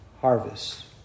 harvest